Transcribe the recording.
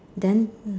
then